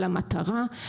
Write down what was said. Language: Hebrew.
על המטרה,